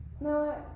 No